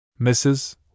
Mrs